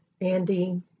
Andy